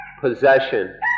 possession